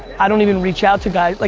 i don't even reach out to guys. like